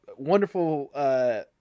Wonderful